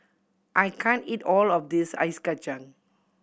I can't eat all of this ice kacang